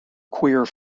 queer